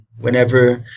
Whenever